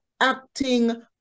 acting